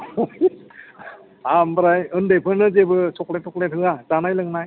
आमफ्राय ओन्दैफोरनो जेबो चक्लेट थक्लेट होया जानाय लोंनाय